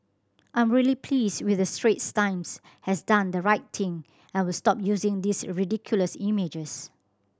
I'm really pleased with the Straits Times has done the right thing and will stop using these ridiculous images